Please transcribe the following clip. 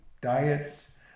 diets